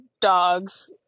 dogs